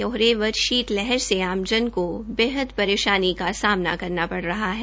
कोहरे व शीत लहर से आम जन को बेहद परेशानी का सामना करना पड़ रहा है